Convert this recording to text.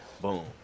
boom